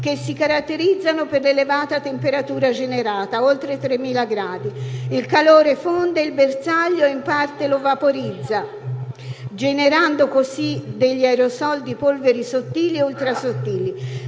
che si caratterizzano per l'elevata temperatura generata (oltre 3.000 gradi). Il calore fonde il bersaglio e in parte lo vaporizza, generando così degli aerosol di polveri sottili ed ultrasottili.